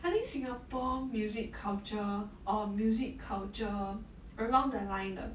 I think singapore music culture or music culture along the line 的